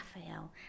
Raphael